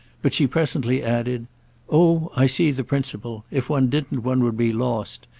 but she presently added oh i see the principle. if one didn't one would be lost.